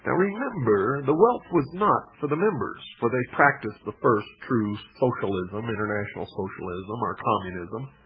and remember, the wealth was not for the members, for they practiced the first true socialism international socialism, or communism.